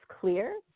clear